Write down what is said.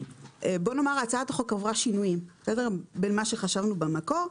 הצעת החוק עברה שינויים ממה שחשבנו במקור.